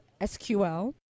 SQL